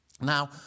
now